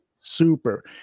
Super